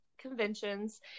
conventions